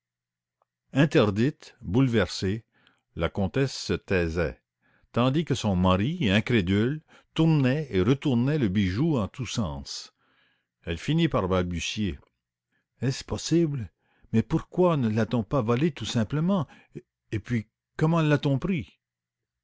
interdite bouleversée la comtesse se taisait tandis que son mari incrédule tournait et retournait le bijou en tous sens elle finit par balbutier est-ce possible mais pourquoi ne l'a-t-on pas volé tout simplement et puis comment l'a-t-on pris